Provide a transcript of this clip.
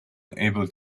able